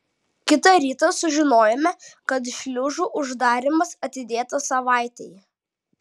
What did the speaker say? kitą rytą sužinojome kad šliuzų uždarymas atidėtas savaitei